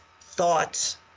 thoughts